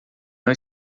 não